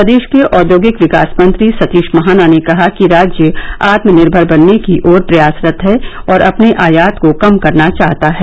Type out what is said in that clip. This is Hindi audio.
प्रदेश के औद्योगिक विकास मंत्री सतीश महाना ने कहा कि राज्य आत्मनिर्मर बनने की ओर प्रयासरत है और अपने आयात को कम करना चाहता है